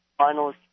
finalist